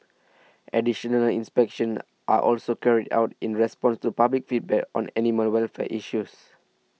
additional inspections are also carried out in response to public feedback on an animal welfare issues